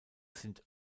sind